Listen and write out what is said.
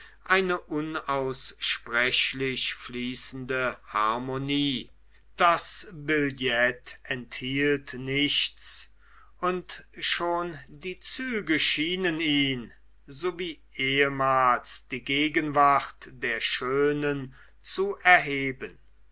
eine unaussprechlich fließende harmonie das billett enthielt nichts und schon die züge schienen ihn so wie ehemals die gegenwart der schönen zu erheben